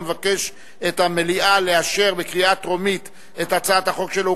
המבקש מהמליאה לאשר בקריאה טרומית את הצעת החוק שלו,